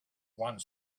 one